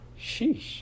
Sheesh